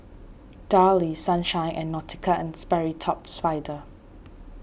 Darlie Sunshine and Nautica and Sperry Top Sider